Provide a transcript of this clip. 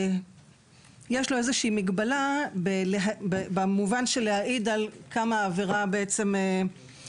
יש לו איזו שהיא מגבלה במובן של להעיד על כמה העברות הן